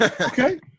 Okay